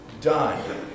done